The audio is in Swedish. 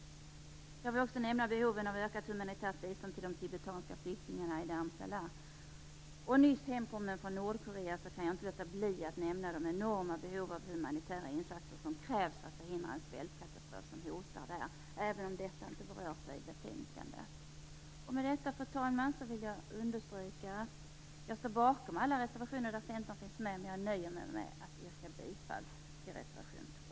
Jag vill också nämna behoven av ökat humanitärt bistånd till de tibetanska flyktingarna i Dharmsala. Nyss hemkommen från Nordkorea kan jag inte låta bli att nämna de enorma behov av humanitära insatser som krävs för att förhindra den svältkatastrof som hotar där, även om detta inte berörs i betänkandet. Med detta, fru talman, vill jag understryka att jag står bakom alla reservationer där Centern finns med, men jag nöjer mig med att yrka bifall till reservation nr 12.